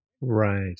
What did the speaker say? Right